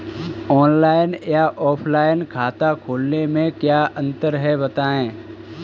Online या offline खाता खोलने में क्या अंतर है बताएँ?